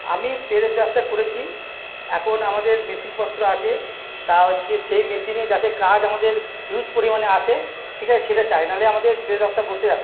আমি প্রেস ব্যবসা করেছি এখন আমাদের মেশিনপত্র আছে তা হচ্ছে সেই মেশিনে যাতে কাজ আমাদের হিউজ পরিমাণে আসে ঠিক আছে সেটা চাই নাহলে আমাদের প্রেস ব্যবসা বসে যাবে